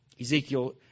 Ezekiel